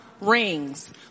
rings